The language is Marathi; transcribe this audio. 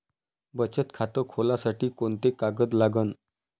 बचत खात खोलासाठी कोंते कागद लागन?